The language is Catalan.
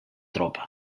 tropa